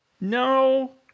No